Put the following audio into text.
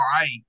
right